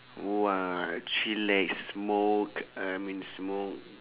!wah! ah chillax smoke I mean smoke